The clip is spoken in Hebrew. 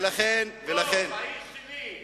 בעיר שלי,